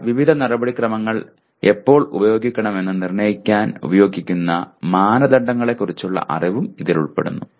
എന്നാൽ വിവിധ നടപടിക്രമങ്ങൾ എപ്പോൾ ഉപയോഗിക്കണമെന്ന് നിർണ്ണയിക്കാൻ ഉപയോഗിക്കുന്ന മാനദണ്ഡങ്ങളെക്കുറിച്ചുള്ള അറിവും ഇതിൽ ഉൾപ്പെടുന്നു